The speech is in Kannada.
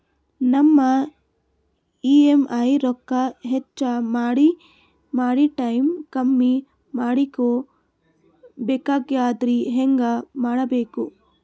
ನಮ್ಮ ಇ.ಎಂ.ಐ ರೊಕ್ಕ ಹೆಚ್ಚ ಮಾಡಿ ಟೈಮ್ ಕಮ್ಮಿ ಮಾಡಿಕೊ ಬೆಕಾಗ್ಯದ್ರಿ ಹೆಂಗ ಮಾಡಬೇಕು?